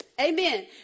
Amen